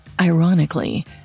Ironically